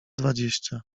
dwadzieścia